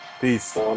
Peace